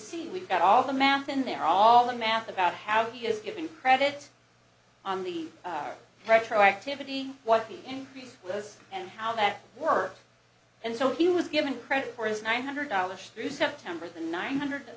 see we've got all the math in there all the math about how he is giving credit on the retroactivity what the increase was and how that works and so he was given credit for his nine hundred dollars through september the nine hundred